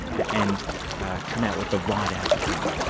and come out with the right outcome.